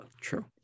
true